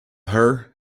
her